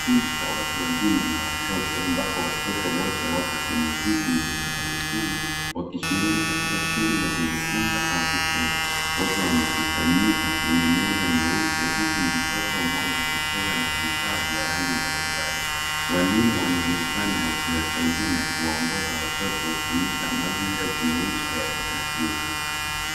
Kundi cha watu wazima na watoto ambapo, watoto wote wako kwenye viti vya magurudumu, wakishiriki katika shughuli ya kujifunza au kucheza. Wote wamekusanyika kwenye meza nyeupe, huku mtoto mmoja akicheza na vifaa vya rangi mbalimbali. Walimu wanaonekana wakiwasaidia na kuwaongoza watoto, wakionyesha mazingira jumuisha ya kujifunza.